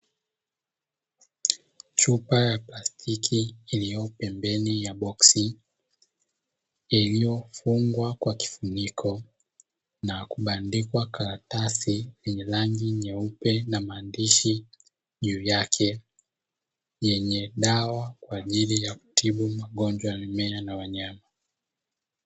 Chupa ya plastiki iliyopembeni ya boksi, iliyofungwa kwa kifuniko na kubandikwa karatasi yenye rangi nyeupe na maandishi juu yake yenye dawa kwa ajili ya kutibu magonjwa ya mimea na wanyama.